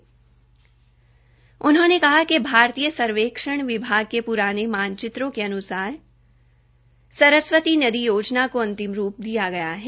श्री मनोहर लाल ने कहा कि भारतीय सर्वेक्षण विभाग के पुराने मानचित्रों के अनुसार सरस्वती नदी योजना को अंतिम रूप दिया गया है